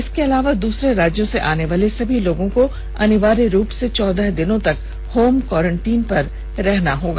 इसके अलावा दूसरे राज्यों से आने वाले सभी लोगों को अनिवार्य रूप से चौदह दिनों तक होम क्वोरेंटिन पर रहना होगा